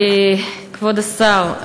כבוד השר,